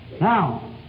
now